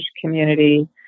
community